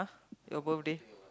your birthday